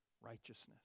righteousness